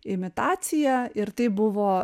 imitacija ir taip buvo